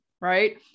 right